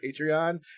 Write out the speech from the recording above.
Patreon